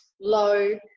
low